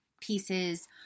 pieces